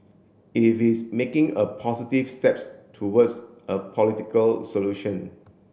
is it making a positive steps towards a political solution